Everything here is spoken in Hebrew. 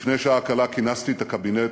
לפני שעה קלה כינסתי את הקבינט